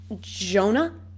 Jonah